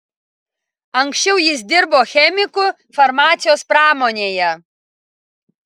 anksčiau jis dirbo chemiku farmacijos pramonėje